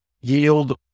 yield